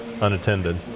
unattended